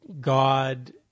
God